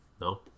No